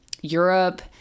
Europe